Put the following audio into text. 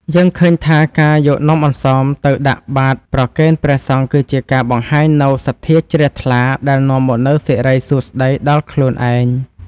យើងឃើញថាការយកនំអន្សមទៅដាក់បាត្រប្រគេនព្រះសង្ឃគឺជាការបង្ហាញនូវសទ្ធាជ្រះថ្លាដែលនាំមកនូវសិរីសួស្ដីដល់ខ្លួនឯង។